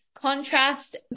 contrast